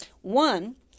One